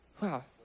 wow